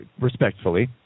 respectfully